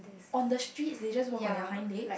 on the streets they just walk on their hind leg